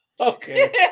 Okay